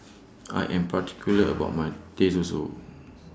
I Am particular about My Teh Susu